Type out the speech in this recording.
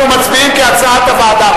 אנחנו מצביעים כהצעת הוועדה,